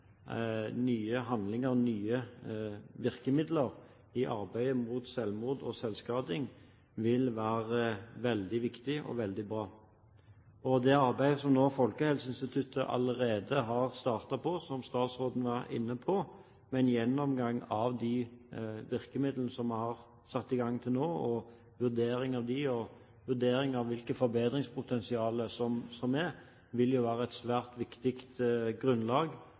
handlinger og nye virkemidler i arbeidet mot selvmord og selvskading, vil være veldig viktig og veldig bra. Det arbeidet som Folkehelseinstituttet allerede har startet på – som statsråden var inne på – med en gjennomgang av de virkemidlene som er satt i gang til nå, en vurdering av disse og en vurdering av hvilke forbedringspotensial som finnes, vil være et svært viktig grunnlag